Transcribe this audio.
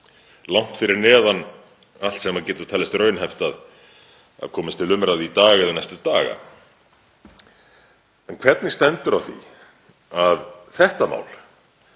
langt fyrir neðan allt sem getur talist raunhæft að komist til umræðu í dag eða næstu daga. En hvernig stendur á því að þetta mál